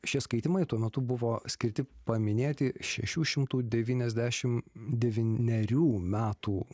šie skaitymai tuo metu buvo skirti paminėti šešių šimtų devyniasdešim devynerių metų